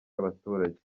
y’abaturage